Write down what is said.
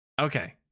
Okay